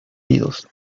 heridos